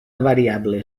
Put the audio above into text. variable